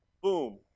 boom